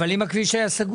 אבל אם הכביש היה סגור?